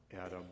Adam